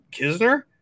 Kisner